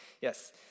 Yes